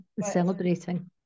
Celebrating